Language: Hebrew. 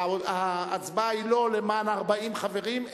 ההצבעה היא לא למען 40 חברים,